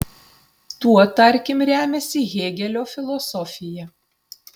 tuo tarkim remiasi hėgelio filosofija